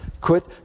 Quit